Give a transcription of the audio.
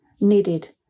needed